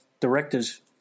directors